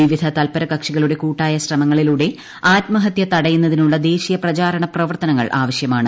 വിവിധ തൽപരകക്ഷികളുടെ കൂട്ടായ ശ്രമങ്ങളിലൂടെ ആത്മഹത്യ തടയുന്നതിനുളള ദേശീയ പ്രചാരണ് പ്രവർത്തനങ്ങൾ ആവശ്യമാണ്